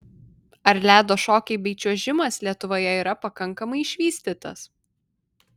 ar ledo šokiai bei čiuožimas lietuvoje yra pakankamai išvystytas